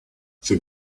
the